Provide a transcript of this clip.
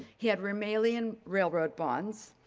he had romalian railroad bonds,